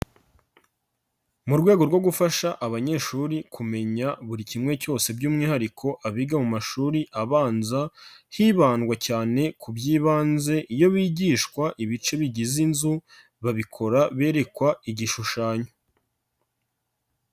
Mu rwego rwo gufasha abanyeshuri kumenya buri kimwe cyose by'umwihariko abiga mu mashuri abanza, hibandwa cyane ku by'ibanze iyo bigishwa ibice bigize inzu, babikora berekwa igishushanyo.